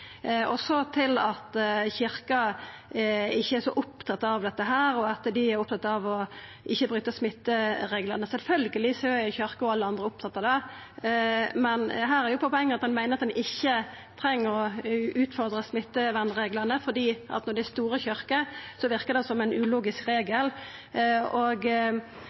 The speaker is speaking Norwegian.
Så til at Kyrkja ikkje er så opptatt av dette, og at dei er opptatt av å ikkje bryte smittereglane: Sjølvsagt er Kyrkja og alle andre opptatt av det, men her er poenget at ein meiner at ein ikkje treng å utfordra smittevernreglane, fordi når det er store kyrkjer, verker det som ein ulogisk regel. Og